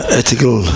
ethical